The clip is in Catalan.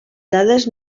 dades